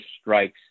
strikes